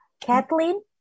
Kathleen